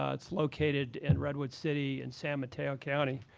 ah it's located in redwood city in san mateo county.